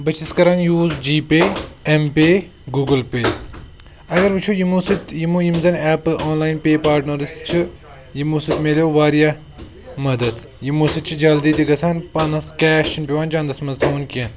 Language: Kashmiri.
بہٕ چھَس کَران use G pay M pay Google pay اَگر وُچھو یِمو سٟتۍ یِمو یِم زَن ایپہٕ آن لایِٔن پیٚے پارٹنٲرٕس چھِ یِمو سٟتۍ میلیو واریاہ مَدتھ یِمو سٟتۍ چھِ جَلدٕے تہِ گَژھان پانَس کیش چھُنہِ پؠوان چنٛدَس منٛز تھاوُن کیٚنٛہہ